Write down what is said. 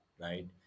right